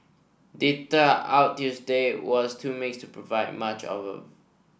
data out Tuesday was too mixed to provide much of